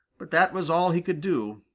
but that was all he could do.